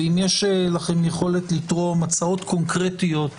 ואם יש לכם יכולת לתרום הצעות קונקרטיות לשיפורים,